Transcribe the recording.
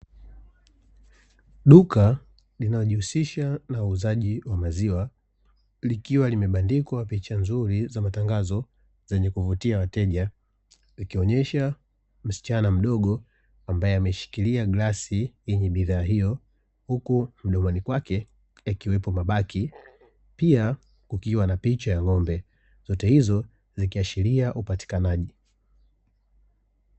Duka Iinalojihusisha na uuzaji wa maziwa, likiwa limebandikwa picha nzuri za matangazo zenye kuvutia wateja, zikionyesha msichana mdogo ambaye ameshikilia glasi yenye bidhaa hiyo, huku mdomoni kwake yakiwepo mabaki pia kukiwa na picha ya ng'ombe zote hizo zikiashiria upatikanaji.